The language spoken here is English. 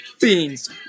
beans